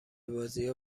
بازیا